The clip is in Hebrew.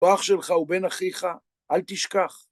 הוא אח שלך, הוא בן אחיך, אל תשכח.